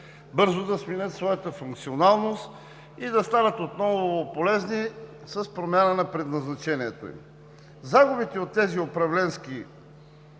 бързо да сменят своята функционалност и да станат отново полезни с промяна на предназначението им? Загубите от тези управленски